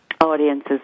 audiences